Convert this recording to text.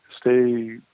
stay